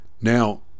now